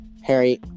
Harry